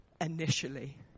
initially